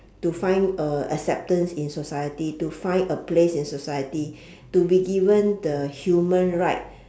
to find uh acceptance in society to find a place in society to be given the human right